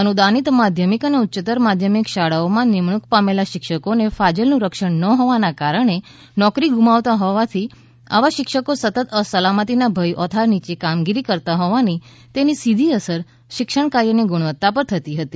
અનુદાનિત માધ્યમિક અને ઉચ્યત્તર માધ્યમિક શાળાઓમાં નિમણૂક પામેલ શિક્ષકોને ફાજલનું રક્ષણ ન હોવાને કારણે નોકરી ગુમાવતા હોવાથી આવા શિક્ષકો સતત અસલામતીના ભયના ઓથાર નીચે કામગીરી કરતા હોવાથી તેની સીધી અસર શિક્ષણ કાર્યની ગુણવત્તા પર થતી હતી